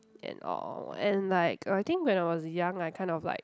and all and like I think when I was young I kind of like